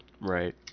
right